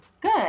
Good